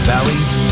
Valley's